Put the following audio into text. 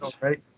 right